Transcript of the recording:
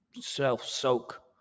self-soak